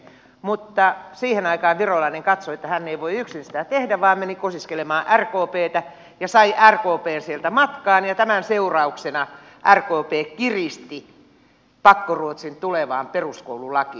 mutta siihen aikaan virolainen katsoi että hän ei voi yksin sitä tehdä vaan meni kosiskelemaan rkptä ja sai rkpn sieltä matkaan ja tämän seurauksena rkp kiristi pakkoruotsin tulevaan peruskoululakiin